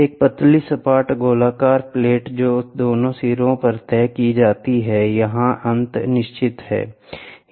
एक पतली सपाट गोलाकार प्लेट जो दोनों सिरों पर तय की जाती है यह अंत निश्चित है